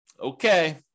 Okay